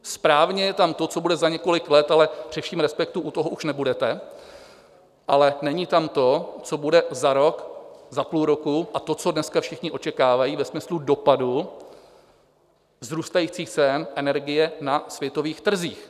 Správně je tam to, co bude za několik let, ale při vším respektu, u toho už nebudete, ale není tam to, co bude za rok, za půl roku a to, co dneska všichni očekávají ve smyslu dopadů vzrůstajících cen energie na světových trzích.